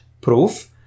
proof